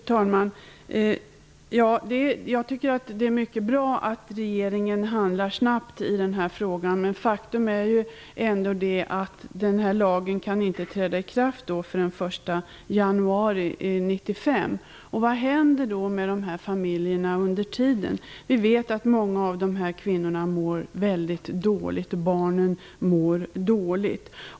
Fru talman! Jag tycker att det är mycket bra att regeringen handlar snabbt i den här frågan, men faktum är ändå att lagen inte kan träda i kraft förrän den 1 januari 1995. Vad händer med de här familjerna under tiden? Vi vet att många av kvinnorna och barnen mår dåligt.